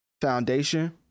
foundation